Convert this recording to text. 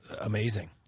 amazing